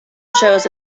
shows